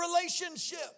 relationship